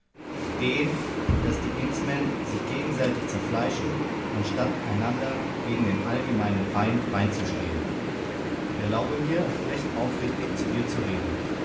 den daß die indsmen sich gegenseitig zerfleischen anstatt einander gegen den allgemeinen feind beizustehen erlaube mir recht aufrichtig zu dir zu reden